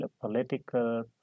political